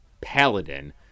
Paladin